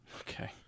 Okay